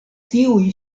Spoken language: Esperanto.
tiuj